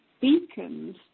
beacons